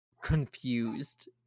confused